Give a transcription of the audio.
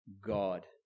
God